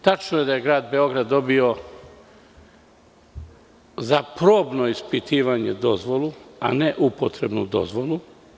Tačno je da je grad Beograd dobio za probno ispitivanje dozvolu, a ne upotrebnu dozvolu.